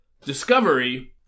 discovery